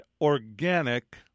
organic